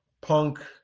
Punk